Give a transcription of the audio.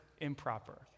improper